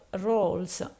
roles